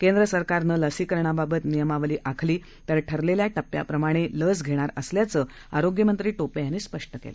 केंद्र सरकारनं लसीकरणाबाबत नियमावली आखली तर ठरलेल्या टप्प्याप्रमाणे लस घेणार असल्याचं आरोग्यमंत्री टोपे यांनी स्पष्ट केलं